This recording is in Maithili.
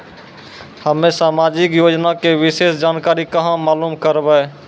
हम्मे समाजिक योजना के विशेष जानकारी कहाँ मालूम करबै?